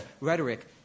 rhetoric